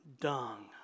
dung